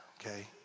okay